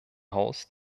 haus